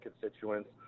constituents